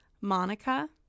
Monica